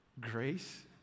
Grace